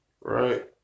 right